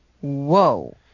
Whoa